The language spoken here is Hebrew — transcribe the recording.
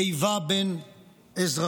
איבה בין אזרחים.